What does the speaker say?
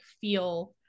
feel